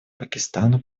пакистана